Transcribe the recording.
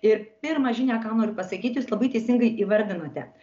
ir pirmą žinią ką noriu pasakyt jūs labai teisingai įvardinote